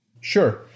Sure